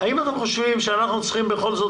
האם אתם חושבים שאנחנו צריכים בכל זאת